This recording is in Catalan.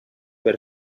per